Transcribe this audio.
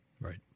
Right